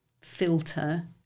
filter